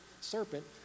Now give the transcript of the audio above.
serpent